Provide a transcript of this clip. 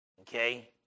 Okay